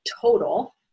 total